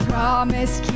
Promise